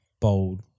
bold